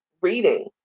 reading